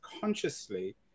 consciously